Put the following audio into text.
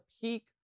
peak